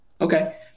Okay